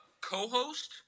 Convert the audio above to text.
co-host